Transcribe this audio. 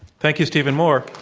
thank you, stephen moore.